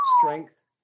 strength